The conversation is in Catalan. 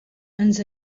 ens